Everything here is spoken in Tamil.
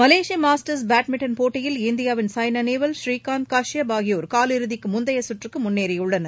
மலேசிய மாஸ்டர்ஸ் பேட்மிண்டன் போட்டியில் இந்தியாவின் சாய்னா நேவால் புரீகாந்த் காஷியாப் ஆகியோர் காலிறுதிக்கு முந்தைய சுற்றுக்கு முன்னேறியுள்ளனர்